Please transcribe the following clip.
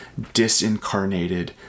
disincarnated